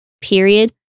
period